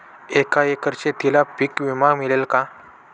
एका एकर शेतीला पीक विमा मिळेल का?